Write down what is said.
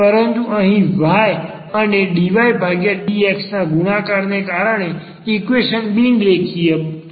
પરંતુ અહી y અને dy dx ના ગુણાકારને કારણે આ ઈક્વેશન બિનરેખીય છે